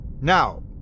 Now